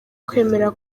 kwemerera